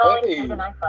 Hey